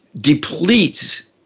depletes